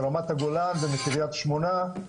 לרמת הגולן ומקריית שמונה.